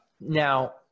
Now